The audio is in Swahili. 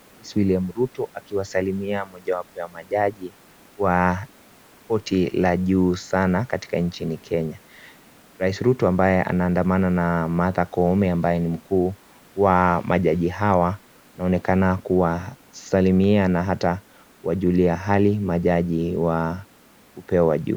Rais William Ruto akiwasalimia mojawapo wa majaji wa koti la juu sana katika nchini Kenya, rais Ruto ambaye anaandamana na Martha Koome ambaye ni mkuu wa majaji hawa anaonekana kuwasalimia na hata kuwajulia hali majaji wa upeo wa juu.